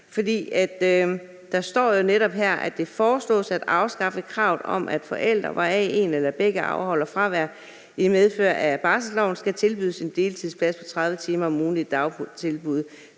der står jo netop her, at det foreslås at afskaffe kravet om, at forældre, hvoraf en eller begge afholder fravær i medfør af barselsloven, skal tilbydes en deltidsplads på 30 timer om ugen i dagtilbud